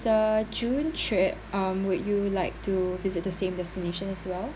the june trip um would you like to visit the same destination as well